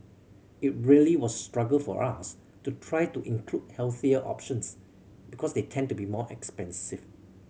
it really was struggle for us to try to include healthier options because they tend to be more expensive